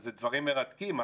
זה דברים מרתקים.